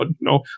no